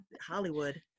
hollywood